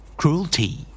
Cruelty